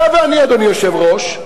אתה ואני, אדוני היושב-ראש,